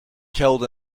killed